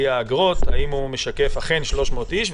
האם הוא משקף אכן 300 איש,